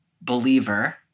believer